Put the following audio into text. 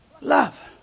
love